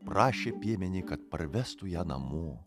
prašė piemenį kad parvestų ją namo